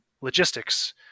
logistics